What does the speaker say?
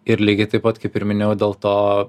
ir lygiai taip pat kaip ir minėjau dėl to